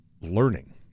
learning